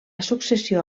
successió